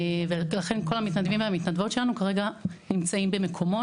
כל המתנדבים והמתנדבות שלנו כרגע נמצאים במקומות.